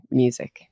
music